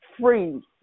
free